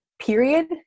period